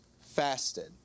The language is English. fasted